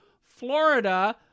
Florida